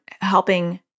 helping